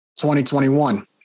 2021